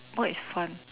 what is fun